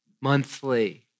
monthly